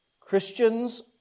Christians